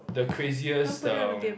the craziest the